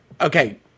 okay